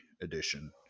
Edition